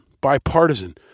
bipartisan